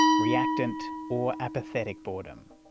reactant, or apathetic boredom.